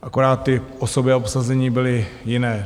Akorát ty osoby a obsazení byly jiné.